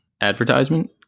advertisement